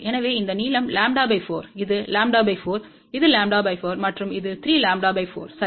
எனவே இந்த நீளம் λ 4 இது λ 4 இது λ 4 மற்றும் இது 3 λ 4 சரி